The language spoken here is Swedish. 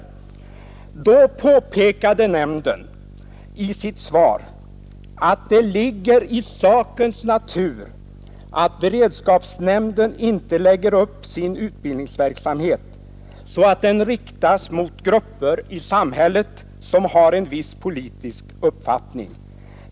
Nämnden påpekade i sitt svar att det ligger i sakens natur att beredskapsnämnden inte lägger upp sin utbildningsverksamhet så att den riktas mot grupper i samhället som har en viss politisk uppfattning.